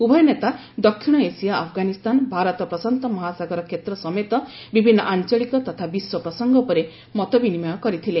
ଉଭୟ ନେତା ଦକ୍ଷିଣ ଏସିଆ ଆଫଗାନିସ୍ତାନ ଭାରତ ପ୍ରଶାନ୍ତମହାସାଗର କ୍ଷେତ୍ର ସମେତ ବିଭିନ୍ନ ଆଞ୍ଚଳିକ ତଥା ବିଶ୍ୱ ପ୍ରସଙ୍ଗ ଉପରେ ମତ ବିନିମୟ କରିଥିଲେ